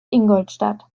ingolstadt